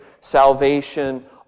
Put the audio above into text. salvation